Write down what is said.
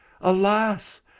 alas